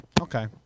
Okay